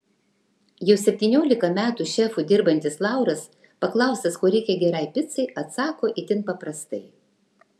jau septyniolika metų šefu dirbantis lauras paklaustas ko reikia gerai picai atsako itin paprastai